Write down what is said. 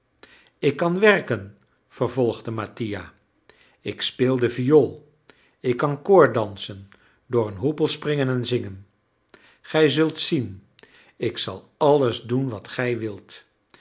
ik kan werken vervolgde mattia ik speelde viool ik kan koorddansen door een hoepel springen en zingen gij zult zien ik zal alles doen wat gij wilt